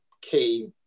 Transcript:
key